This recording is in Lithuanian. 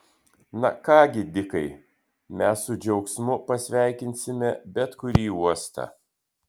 na ką gi dikai mes su džiaugsmu pasveikinsime bet kurį uostą